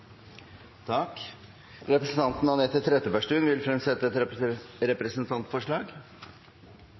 Representanten Anette Trettebergstuen vil fremsette et representantforslag.